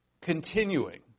continuing